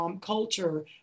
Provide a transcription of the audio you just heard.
culture